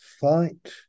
Fight